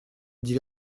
dit